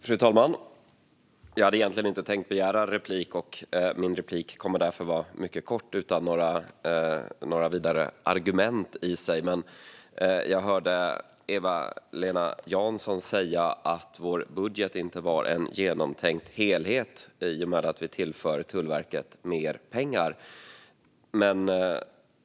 Fru talman! Jag hade egentligen inte tänkt begära replik. Min replik kommer därför att vara mycket kort, utan några vidare argument. Jag hörde dock Eva-Lena Jansson säga att vår budget inte var en genomtänkt helhet i och med att vi tillför Tullverket mer pengar.